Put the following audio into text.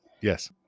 Yes